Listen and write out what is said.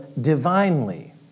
divinely